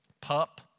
pup